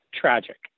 tragic